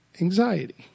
anxiety